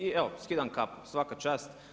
I evo skidam kapu, svaka čast.